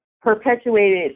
perpetuated